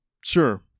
sure